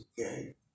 okay